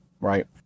Right